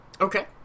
okay